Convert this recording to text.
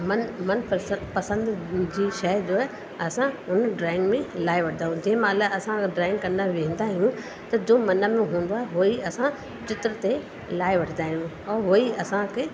मन मन प्रसन्न पसंदि जी शइ जो आहे असां हुन ड्रॉइंग में लाइ वठंदा आहियूं जंहिं महिल असां ड्रॉइंग करणु विहंदा आहियूं त जो मन में हूंदो आहे हूअ ई असां चित्र ते लाइ वठंदा आहियूं और हूअ ई असांखे